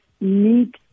need